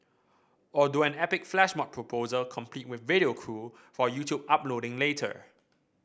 or do an epic flash mob proposal complete with video crew for YouTube uploading later